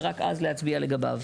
ורק אז להצביע לגביו.